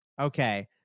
Okay